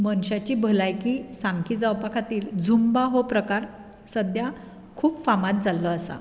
मनशाची भलायकी सामकी जावपा खातीर झुम्बा हो प्रकार सद्द्याक खूब फामाद जाल्लो आसा